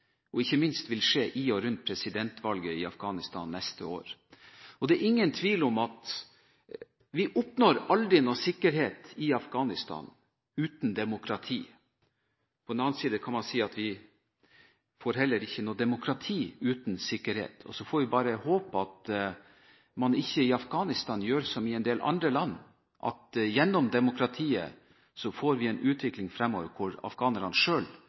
– ikke minst hva som vil skje i og rundt presidentvalget i Afghanistan neste år. Det er ingen tvil om at vi aldri oppnår noen sikkerhet i Afghanistan uten demokrati. På den annen side kan man si at vi heller ikke får noe demokrati uten sikkerhet. Så får vi bare håpe at man i Afghanistan ikke gjør som i en del andre land, at gjennom demokrati får man en utvikling fremover hvor afghanerne